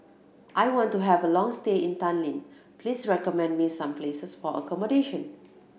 I want to have a long stay in Tallinn please recommend me some places for accommodation